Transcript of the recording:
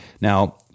Now